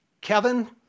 Kevin